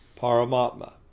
Paramatma